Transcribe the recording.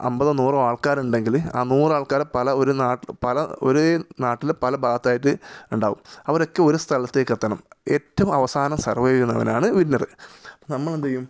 അമ്പതോ നൂറോ ആൾക്കാരുണ്ടെങ്കിൽ ആ നൂറ് ആൾക്കാർ പല ഒരു നാട്ട പല ഒരേ നാട്ടിലെ പല ഭാഗത്തായിട്ട് ഉണ്ടാകും അവരൊക്കെ ഒരു സ്ഥലത്തേക്ക് എത്തണം ഏറ്റവും അവസാനം സർവൈവ് ചെയ്യുന്നവനാണ് വിന്നർ നമ്മളെന്തെയ്യും